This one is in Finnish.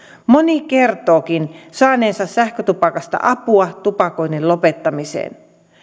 moni kertookin saaneensa sähkötupakasta apua tupakoinnin lopettamiseen